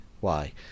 Why